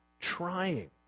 trying